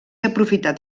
aprofitat